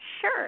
Sure